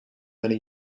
many